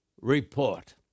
Report